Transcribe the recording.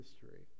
history